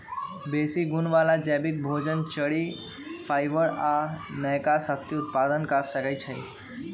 बेशी गुण बला जैबिक भोजन, चरि, फाइबर आ नयका शक्ति उत्पादन क सकै छइ